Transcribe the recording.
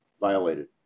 violated